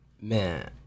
Man